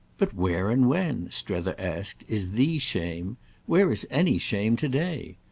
but where and when, strether asked, is the shame' where is any shame to-day?